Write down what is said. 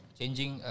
Changing